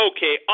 Okay